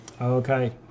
Okay